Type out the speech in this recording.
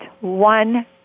one